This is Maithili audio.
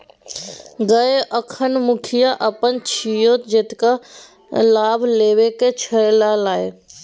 गय अखन मुखिया अपन छियै जतेक लाभ लेबाक छौ ल लए